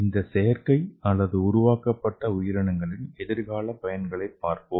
இந்த செயற்கை அல்லது உருவாக்கப்பட்ட உயிரினங்களின் எதிர்கால பயன்களைப் பார்ப்போம்